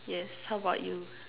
yes how about you